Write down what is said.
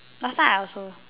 last time I also